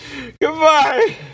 Goodbye